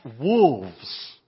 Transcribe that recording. wolves